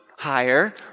higher